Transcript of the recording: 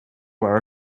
wear